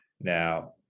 Now